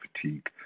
fatigue